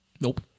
nope